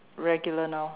regular now